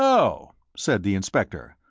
oh, said the inspector,